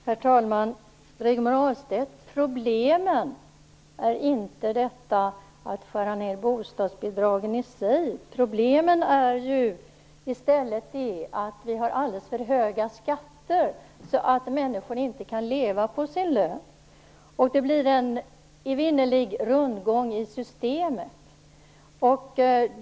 Herr talman! Rigmor Ahlstedt, problemet är inte att man skär ned bostadsbidragen. Problemet är i stället att vi har alldeles för höga skatter, så att människor inte kan leva på sin lön, och det blir en evinnerlig rundgång i systemet.